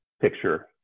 picture